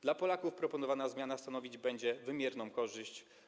Dla Polaków proponowana zmiana stanowić będzie wymierną korzyść.